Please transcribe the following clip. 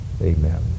Amen